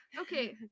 Okay